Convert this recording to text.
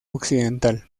occidental